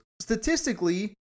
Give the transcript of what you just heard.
statistically